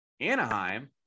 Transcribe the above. Anaheim